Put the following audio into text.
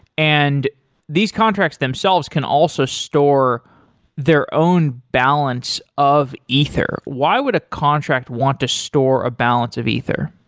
and these contracts themselves can also store their own balance of ether. why would a contract want to store a balance of ether?